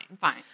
Fine